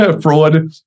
fraud